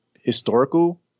historical